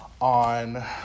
on